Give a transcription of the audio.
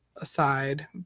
aside